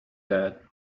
that